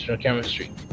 chemistry